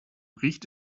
riecht